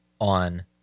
on